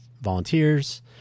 volunteers